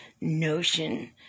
notion